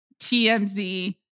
TMZ